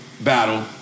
battle